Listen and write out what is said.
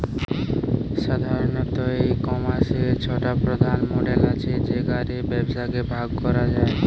সাধারণত, ই কমার্সের ছটা প্রধান মডেল আছে যেগা রে ব্যবসাকে ভাগ করা যায়